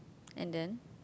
and then